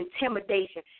intimidation